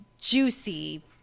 juicy